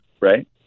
right